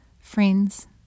friends